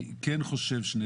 אני חושב שמה